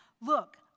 look